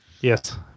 Yes